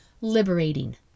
liberating